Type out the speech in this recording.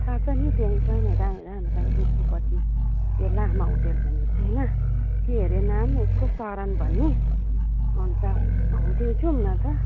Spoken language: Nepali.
थाहा छ नि त्यो लामा होटल भन्ने छैन के अरे नाम उसको सरण भन्ने अन्त हो त्यहीँ जाऊँ न त